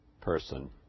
person